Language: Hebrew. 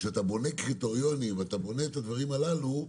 כשאתה בונה קריטריונים ואתה בונה את הדברים הללו,